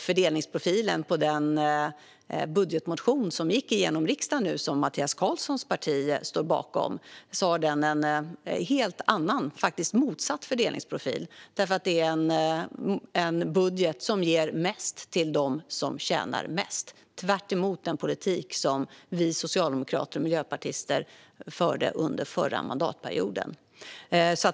Fördelningsprofilen i den budgetmotion som gick igenom i riksdagen och som Mattias Karlssons parti stod bakom är däremot en helt annan, faktiskt motsatt. Det är en budget som ger mest till dem som tjänar mest, vilket är tvärtemot den politik som vi i Socialdemokraterna och Miljöpartiet förde under den förra mandatperioden.